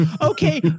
Okay